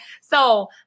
So-